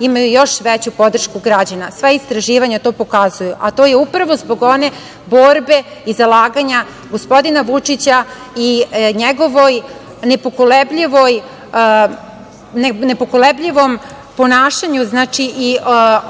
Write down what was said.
imaju još veću podršku građana, sva istraživanja to pokazuju, a to je upravo zbog one borbe i zalaganja gospodina Vučića i njegovom nepokolebljivom ponašanju i tome